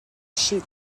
shoot